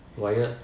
wired